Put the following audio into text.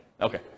Okay